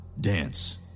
dance